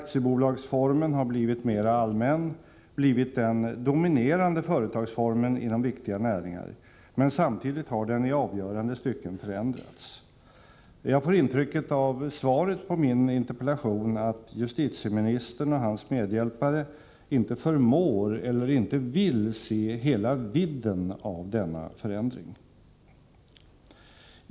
Aktiebolagsformen har blivit mera allmän, blivit den dominerande företagsformen inom viktiga näringar, men samtidigt har den i avgörande stycken förändrats. Jag får intrycket av svaret på min interpellation att justitieministern och hans medhjälpare inte förmår eller inte vill se hela vidden av denna förändring.